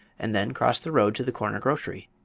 and then crossed the road to the corner grocery.